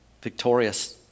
victorious